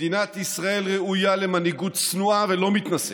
מדינת ישראל ראויה למנהיגות צנועה ולא מתנשאת,